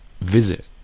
visit